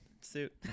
suit